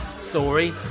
story